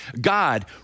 God